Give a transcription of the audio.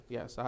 Yes